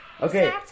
Okay